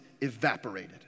evaporated